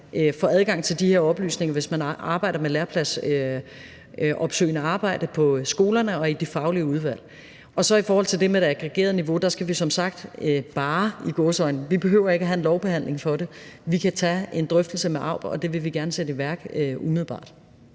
få adgang til de her oplysninger, hvis man arbejder med lærepladsopsøgende arbejde på skolerne og i de faglige udvalg. I forhold til det med det aggregerede niveau skal vi som sagt bare – i gåseøjne – tage en drøftelse med AUB; vi behøver ikke at have en lovbehandling for det. Og det vil vi gerne sætte i værk umiddelbart.